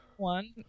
One